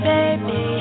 Baby